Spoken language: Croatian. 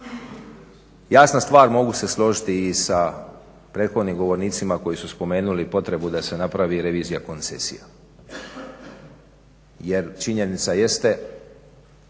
Jasna stvar mogu se složiti i sa prethodnim govornicima koji su spomenuli potrebu da se napravi i revizija koncesija. Jer činjenica jeste